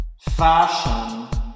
fashion